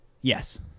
Yes